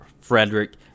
Frederick